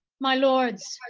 my lords,